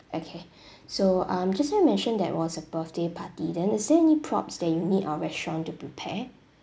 okay so um just now you mentioned that it was a birthday party then is there any props that you need our restaurant to prepare